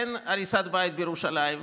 אין הריסת בית בירושלים.